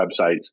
websites